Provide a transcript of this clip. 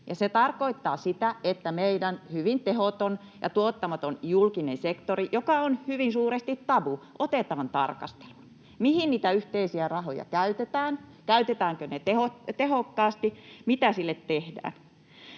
se tarkoittaa sitä, että meidän hyvin tehoton ja tuottamaton julkinen sektori, joka on hyvin suuresti tabu, otetaan tarkasteluun: Mihin niitä yhteisiä rahoja käytetään? Käytetäänkö ne tehokkaasti? Mitä sille tehdään?